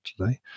today